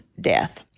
death